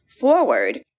forward